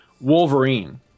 Wolverine